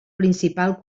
principal